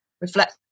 reflect